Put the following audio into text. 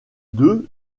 deux